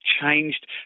changed